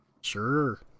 Sure